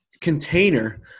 container